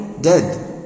dead